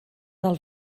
del